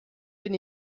bin